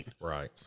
Right